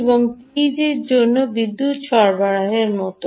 এবং এই টিইজি এর জন্য বিদ্যুত সরবরাহের মতো